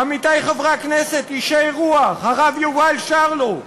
עמיתי חברי הכנסת, אישי רוח, הרב יובל שרלו,